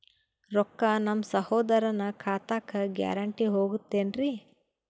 ರೊಕ್ಕ ನಮ್ಮಸಹೋದರನ ಖಾತಕ್ಕ ಗ್ಯಾರಂಟಿ ಹೊಗುತೇನ್ರಿ?